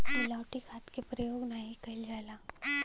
मिलावटी खाद के परयोग नाही कईल जाला